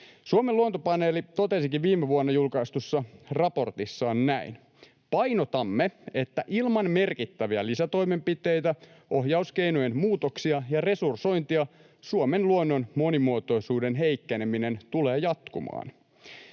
Suomen Luontopaneeli totesikin viime vuonna julkaistussa raportissaan: ”Painotamme, että ilman merkittäviä lisätoimenpiteitä, ohjauskeinojen muutoksia ja resursointia Suomen luonnon monimuotoisuuden heikkeneminen tulee jatkumaan.”